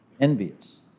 envious